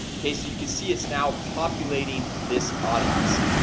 okay, so you can see it's now populating this audience.